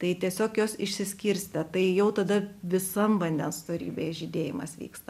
tai tiesiog jos išsiskirstę tai jau tada visam vandens storybėj žydėjimas vyksta